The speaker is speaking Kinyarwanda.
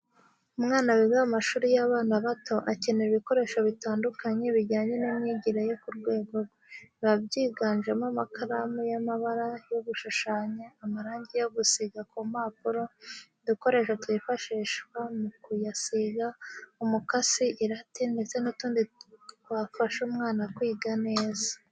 Umwana wiga mu mashuri y'abana bato akenera ibikoresho bitandukanye bijyanye n'imyigire yo ku rwego rwe, biba byiganjemo amakaramu y'amabara yo gushushanya, amarangi yo gusiga ku mpapuro, udukoresho twifashishwa mu kuyasiga, umukasi, irati, ndetse n'utundi twafasha umwana kwiga neza.